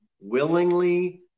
willingly